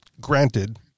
granted